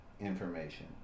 information